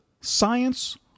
science